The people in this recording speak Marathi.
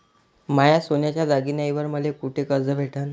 माया सोन्याच्या दागिन्यांइवर मले कुठे कर्ज भेटन?